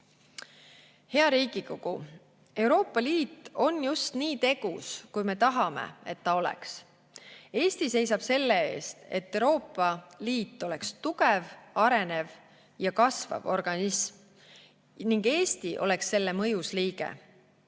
Hea Riigikogu! Euroopa Liit on just nii tegus, kui me tahame, et ta oleks. Eesti seisab selle eest, et Euroopa Liit oleks tugev, arenev ja kasvav organism ning Eesti oleks selle mõjus liige.